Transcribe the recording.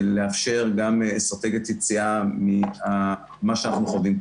לאפשר גם אסטרטגיית יציאה ממה שאנחנו חווים.